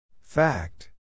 Fact